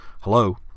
Hello